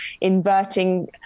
inverting